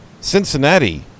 Cincinnati